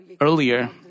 earlier